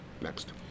Next